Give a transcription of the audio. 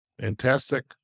Fantastic